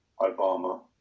Obama